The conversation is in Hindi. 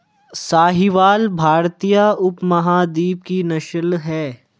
साहीवाल भारतीय उपमहाद्वीप की नस्ल है